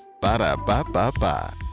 ba-da-ba-ba-ba